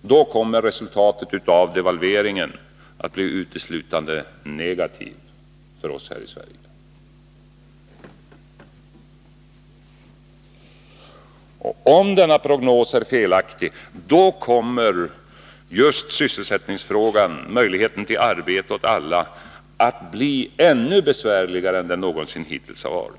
då kommer resultatet av devalveringen att bli uteslutande negativt för oss här i Sverige, och då kommer sysselsättningsfrågan — frågan om möjligheten till arbete åt alla — att bli ännu besvärligare än den någonsin hittills har varit.